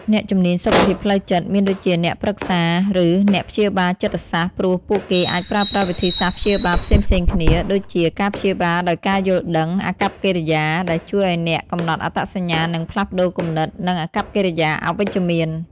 អ្នកជំនាញសុខភាពផ្លូវចិត្ត មានដូចជាអ្នកប្រឹក្សាឬអ្នកព្យាបាលចិត្តសាស្ត្រ ព្រោះពួកគេអាចប្រើប្រាស់វិធីសាស្រ្តព្យាបាលផ្សេងៗគ្នា ដូចជា ការព្យាបាលដោយការយល់ដឹង-អាកប្បកិរិយា ដែលជួយឱ្យអ្នកកំណត់អត្តសញ្ញាណ និងផ្លាស់ប្តូរគំនិត និងអាកប្បកិរិយាអវិជ្ជមាន។